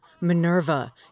Minerva